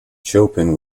chopin